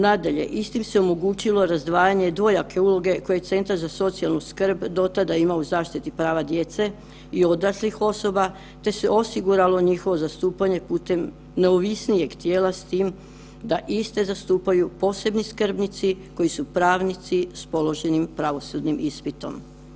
Nadalje, istim se omogućilo razdvajanje dvojake uloge koje je centar za socijalnu skrb dotada imao u zaštiti prava djece i odraslih osoba te osiguralo njihovo zastupanje putem neovisnijeg tijela s tim da iste zastupaju posebni skrbnici koji su pravnici s položenim pravosudnim ispitom.